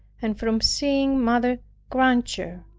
and from seeing mother granger.